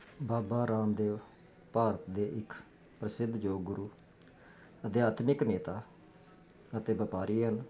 ਬਾਬਾ ਰਾਮਦੇਵ ਭਾਰਤ ਦੇ ਇੱਕ ਪ੍ਰਸਿੱਧ ਯੋਗ ਗੁਰੂ ਅਧਿਆਤਮਿਕ ਨੇਤਾ ਅਤੇ ਵਪਾਰੀ ਹਨ